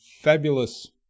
fabulous